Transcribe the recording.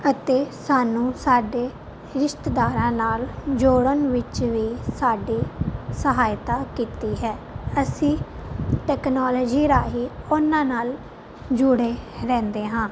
ਅਤੇ ਸਾਨੂੰ ਸਾਡੇ ਰਿਸ਼ਤੇਦਾਰਾਂ ਨਾਲ ਜੋੜਨ ਵਿੱਚ ਵੀ ਸਾਡੀ ਸਹਾਇਤਾ ਕੀਤੀ ਹੈ ਅਸੀਂ ਟੈਕਨੋਲਜੀ ਰਾਹੀਂ ਉਹਨਾਂ ਨਾਲ ਜੁੜੇ ਰਹਿੰਦੇ ਹਾਂ